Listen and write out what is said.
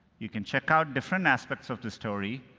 you can check out different aspects of the story,